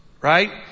right